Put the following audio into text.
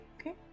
Okay